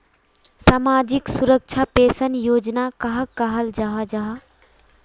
सामाजिक सुरक्षा पेंशन योजना कहाक कहाल जाहा जाहा?